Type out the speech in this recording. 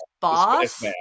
boss